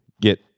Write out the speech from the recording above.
get